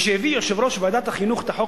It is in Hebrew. משהביא יושב-ראש ועדת החינוך את החוק